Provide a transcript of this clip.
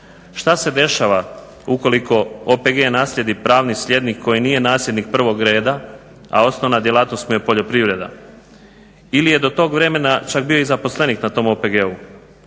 Šta se dešava ukoliko OPG naslijedi pravni slijednik koji nije nasljednik prvog reda, a osnovna djelatnost mu je poljoprivreda ili je do tog vremena čak bio i zaposlenik na tom OPG-u